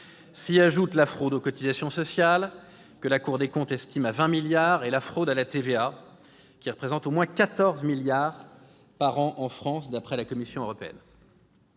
S'y ajoutent la fraude aux cotisations sociales, que la Cour des comptes estime à 20 milliards d'euros, et la fraude à la TVA, qui représente au moins 14 milliards d'euros par an en France, d'après la Commission européenne.